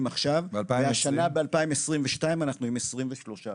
עכשיו והשנה ב-2022 אנחנו עם 23 הרוגים,